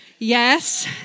Yes